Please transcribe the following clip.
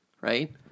right